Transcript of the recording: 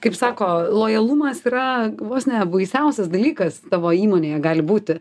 kaip sako lojalumas yra vos ne baisiausias dalykas tavo įmonėje gali būti